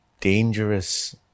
dangerous